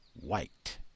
white